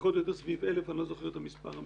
פחות או יותר סביב 1,000. אני לא זוכר את המספר המדויק.